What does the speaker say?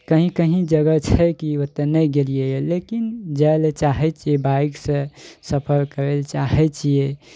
कहीं कहीं जगह छै कि ओतय नहि गेलियइ यऽ लेकिन जाइ लए चाहय छियै बाइकसँ सफर करय लए चाहय छियै